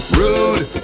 rude